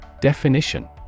Definition